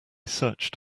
searched